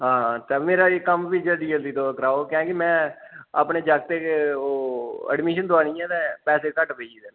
हां ते मेरा एह् कम्म बी तुस जल्दी जल्दी कराओ क्योंकि में अपने जागतै गी ओह् ऐडमिशन दोआनी ऐ ते पैसे घट्ट पेई गेदे न